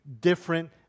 different